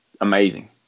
amazing